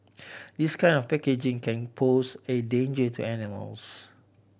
this kind of packaging can pose a danger to animals